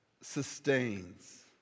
sustains